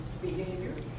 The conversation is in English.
Behavior